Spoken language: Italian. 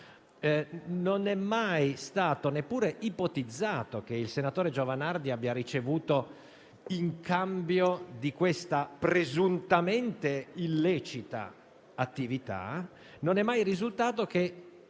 Non è mai stato neppure ipotizzato che il senatore Giovanardi abbia ricevuto, in cambio di questa presuntamente illecita attività, qualsiasi tipo di